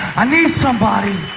i need somebody